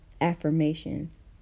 Affirmations